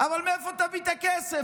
אבל מאיפה תביא את הכסף?